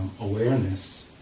awareness